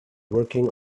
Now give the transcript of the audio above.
working